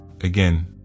again